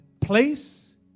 place